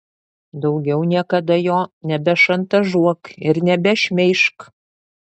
daugiau niekada jo nebešantažuok ir nebešmeižk